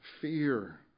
fear